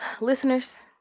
listeners